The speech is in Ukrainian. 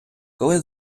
коли